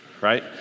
right